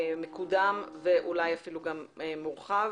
מקודם, ואולי אפילו מורחב.